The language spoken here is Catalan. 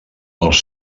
els